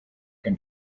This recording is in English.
can